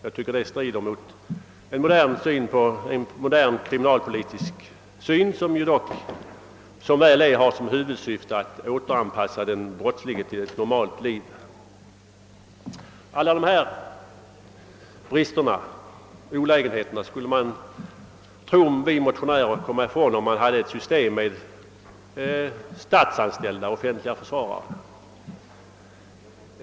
Detta strider mot en modern kriminalpolitisk syn som dock — som väl är — har till huvudsyfte att återanpassa den brottslige till ett normalt liv. Alla dessa brister och olägenheter skulle man — tror vi motionärer — komma ifrån om man hade ett system med statsanställda offentliga försvarare.